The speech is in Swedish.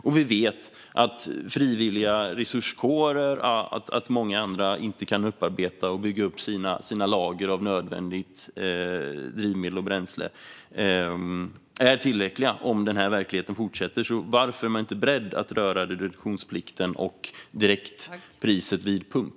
Och vi vet att många inte kan upparbeta och bygga upp sina lager av nödvändigt drivmedel och bränsle - de är inte tillräckliga om denna verklighet fortsätter. Varför är man inte beredd att röra reduktionsplikten och direktpriset vid pump?